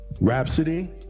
Rhapsody